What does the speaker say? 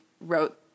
wrote